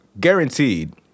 guaranteed